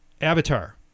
Avatar